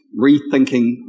Rethinking